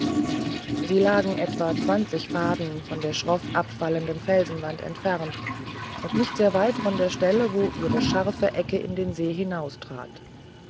sie lagen etwa zwanzig faden von der schroff abfallenden felsenwand entfernt und nicht sehr weit von der stelle wo ihre scharfe ecke in den see